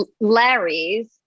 larry's